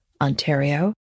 Ontario